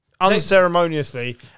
Unceremoniously